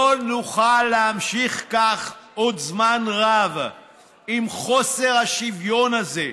לא נוכל להמשיך עוד זמן רב עם חוסר השוויון הזה.